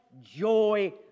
joy